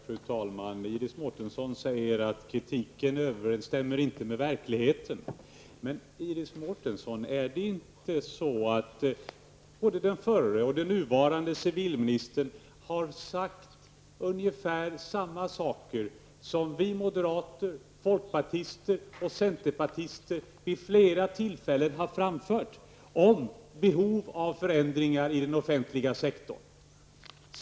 Fru talman! Iris Mårtensson sade att kritiken inte överensstämmer med verkligheten. Men Iris Mårtensson, har inte den förre och den nuvarande civilministern sagt ungefär samma saker som moderater, folkpartister och centerpartister vid flera tillfällen har framfört om behov av förändringar i den offentliga sektorn?